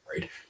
right